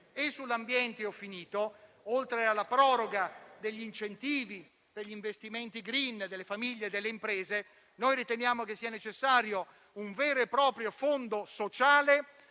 sull'ambiente, oltre alla proroga degli incentivi per gli investimenti *green* delle famiglie e delle imprese, riteniamo sia necessario un vero e proprio fondo sociale